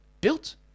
built